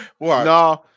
No